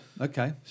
Okay